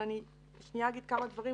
אבל אני אגיד כמה דברים,